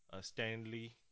Stanley